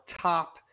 top